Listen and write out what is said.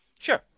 Sure